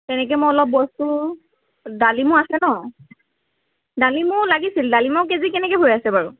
তেনেকৈ মই অলপ বস্তু ডালিমো আছে ন ডালিমো লাগিছিল ডালিমৰ কেজি কেনেকৈ হৈ আছে বাৰু